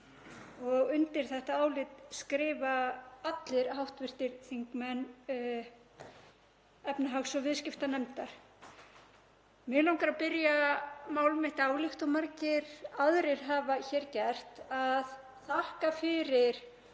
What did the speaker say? Undir þetta álit skrifa allir hv. þingmenn efnahags- og viðskiptanefndar. Mig langar að byrja mál mitt, líkt og margir aðrir hafa gert, á að þakka fyrir